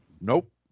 Nope